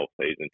season